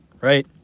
right